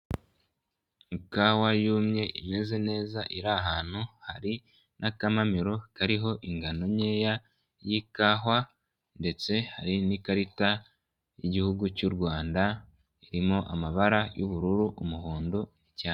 Ikawa yumye imeze neza iri ahantu hari n'akamamiro kariho ingano nkeya y'ikahwa, ndetse hari n'ikarita y'igihugu cy'u Rwanda irimo amabara y'ubururu, umuhondo cyane.